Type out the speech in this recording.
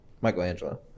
Michelangelo